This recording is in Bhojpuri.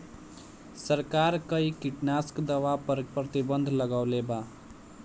सरकार कई किटनास्क दवा पर प्रतिबन्ध लगवले बा